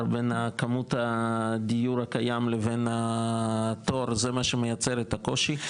בין הכמות הדיור הקיים לבין התור זה מה שמייצר את הקושי,